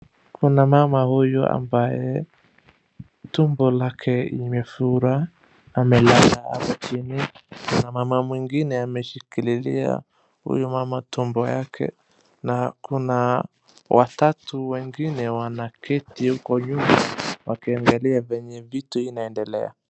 Kuna mama huyu ambaye tumbo lake imefura, amelala apo chini. Kuna mama mwingine ameshikililia huyu mama tumbo yake ma kuna watatu wengine wanaketi uko nyuma wakiangalia venye vitu inaendelea.